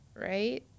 Right